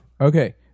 Okay